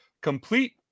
complete